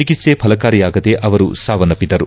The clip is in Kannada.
ಚಿಕಿತ್ಲೆ ಫಲಕಾರಿಯಾಗದೆ ಅವರು ಸಾವನ್ನಪ್ಪಿದರು